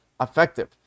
effective